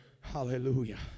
Hallelujah